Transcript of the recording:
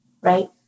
right